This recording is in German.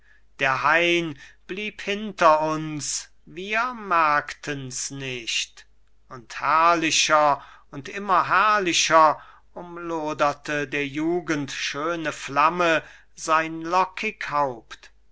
der hain blieb hinter uns wir merkten's nicht und herrlicher und immer herrlicher umloderte der jugend schöne flamme sein lockig haupt